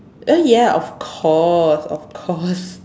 eh ya of course of course